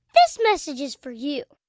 this message is for you